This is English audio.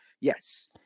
Yes